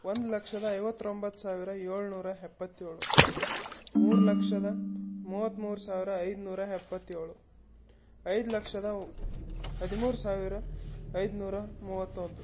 ಒಂದು ಲಕ್ಷದ ಐವತ್ತೊಂಬತ್ತು ಸಾವಿರ ಏಳ್ನೂರ ಎಪ್ಪತ್ತೇಳು ಮೂರು ಲಕ್ಷದ ಮೂವತ್ತ್ಮೂರು ಸಾವಿರ ಐದ್ನೂರ ಎಪ್ಪತ್ತೇಳು ಐದು ಲಕ್ಷದ ಹದಿಮೂರು ಸಾವಿರ ಐದ್ನೂರ ಮೂವತ್ತೊಂದು